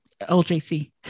LJC